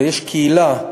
ויש קהילה,